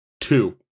two